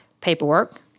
paperwork